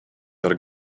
dar